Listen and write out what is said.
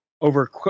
over